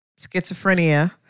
schizophrenia